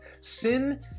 sin